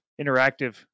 interactive